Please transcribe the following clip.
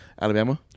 Alabama